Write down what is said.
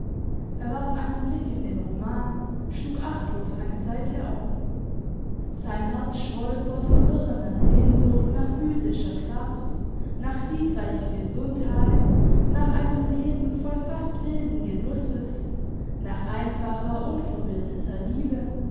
er warf einen blick in den roman schlug achtlos eine seite auf sein herz schwoll vor verworrener sehnsucht nach physischer kraft nach siegreicher gesundheit nach einem leben voll fast wilden genusses nach einfacher unverbildeter liebe